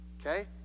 Okay